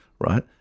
right